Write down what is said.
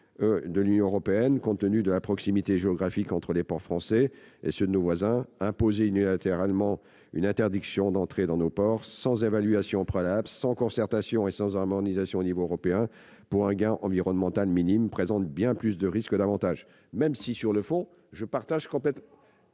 de l'Union européenne, compte tenu de la proximité géographique entre les ports français et ceux de nos voisins. Imposer unilatéralement une interdiction d'entrée dans nos ports, sans évaluation préalable, sans concertation et sans harmonisation au niveau européen pour un gain environnemental minime, présente bien plus de risques que d'avantages, même si, sur le fond, je partage complètement